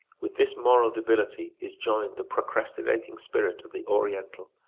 with this moral debility is joined the procrastinating spirit of the oriental.